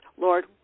Lord